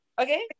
Okay